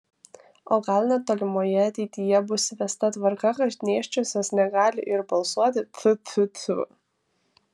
o gal netolimoje ateityje bus įvesta tvarka kad nėščiosios negali ir balsuoti tfu tfu tfu